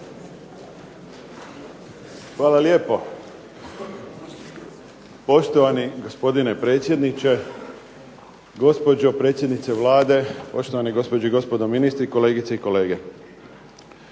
Hvala lijepo. Poštovani gospodine predsjedniče, gospođo predsjednice Vlade, poštovane gospođe i gospodo ministri, kolegice i kolege.